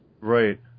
Right